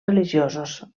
religiosos